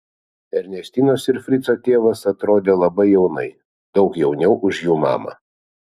ernestinos ir frico tėvas atrodė labai jaunai daug jauniau už jų mamą